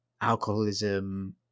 alcoholism